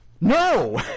no